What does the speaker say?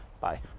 Bye